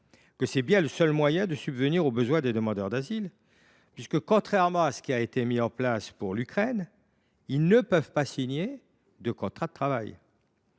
l’ADA est le seul moyen de survivance pour les demandeurs d’asile, puisque, contrairement à ce qui a été mis en place pour les Ukrainiens, ils ne peuvent pas signer de contrat de travail.